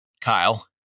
Kyle